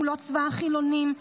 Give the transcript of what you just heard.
הוא לא צבא החילונים,